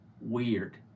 weird